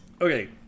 Okay